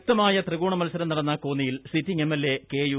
ശക്തമായ ത്രികോണ മൽസരം നടന്ന കോന്നിയിൽ സിറ്റിംഗ് എംഎൽഎ കെയു